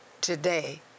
today